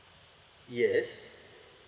yes